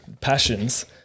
passions